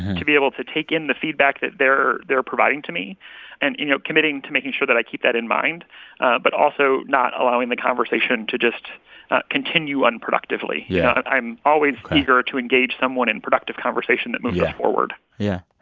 to be able to take in the feedback that they're they're providing to me and, you know, committing to making sure that i keep that in mind but also not allowing the conversation to just continue unproductively yeah i'm always eager to engage someone someone in productive conversation that moves us forward yeah.